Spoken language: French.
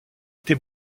été